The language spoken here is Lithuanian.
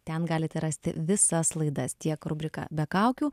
ten galite rasti visas laidas tiek rubriką be kaukių